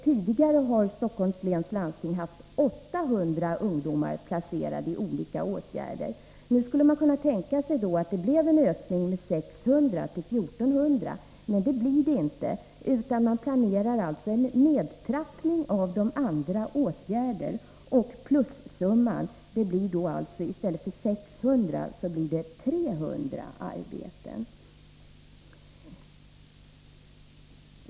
Tidigare har Stockholms läns landsting haft 800 ungdomar placerade i olika åtgärder. Nu skulle man kunna tänka sig att det blev en ökning med 600 till 1400, men det blir det inte, utan man planerar en nedtrappning av andra åtgärder. Plussumman blir då 300 arbeten i stället för 600.